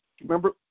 Remember